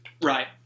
Right